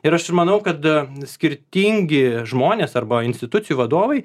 ir aš manau kad skirtingi žmonės arba institucijų vadovai